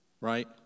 right